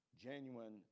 genuine